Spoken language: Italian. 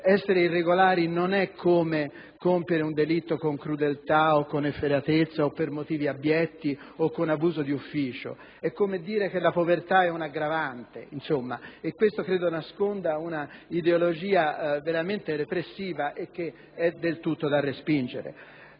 Essere irregolari non è come compiere un delitto con crudeltà o con efferatezza o per motivi abietti o con abuso d'ufficio; è come dire che la povertà è un'aggravante. Penso che questo nasconda una ideologia veramente repressiva del tutto da respingere.